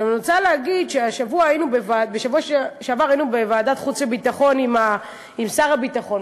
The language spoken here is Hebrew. אני רוצה להגיד שבשבוע שעבר היינו בוועדת חוץ וביטחון עם שר הביטחון,